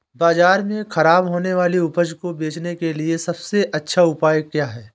बाज़ार में खराब होने वाली उपज को बेचने के लिए सबसे अच्छा उपाय क्या हैं?